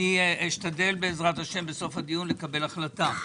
אשתדל בעז"ה בסוף הדיון לקבל החלטה.